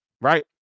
Right